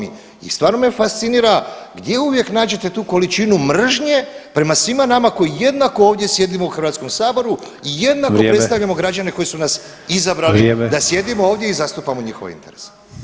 I stvarno me fascinira gdje uvijek nađete tu količinu mržnje prema svima nama koji jednako ovdje sjedimo u HS-u i jednako predstavljamo [[Upadica: Vrijeme.]] građane koji su nas izabrali da sjedimo [[Upadica: Vrijeme.]] ovdje i zastupamo njihove interese.